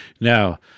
Now